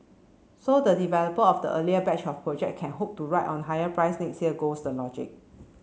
so the developer of the earlier batch of project can hope to ride on higher price next year goes the logic